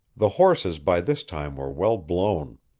the horses by this time were well-blown.